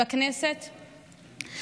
בכנסת,